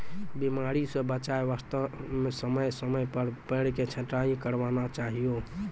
बीमारी स बचाय वास्तॅ समय समय पर पेड़ के छंटाई करवाना चाहियो